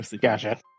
Gotcha